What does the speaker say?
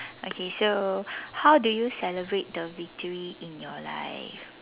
okay so how do you celebrate the victory in your life